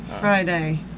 Friday